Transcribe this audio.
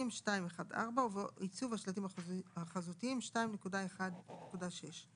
(2.1.4) ובעיצוב השלטים החזותיים (2.1.6);